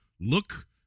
look